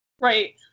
Right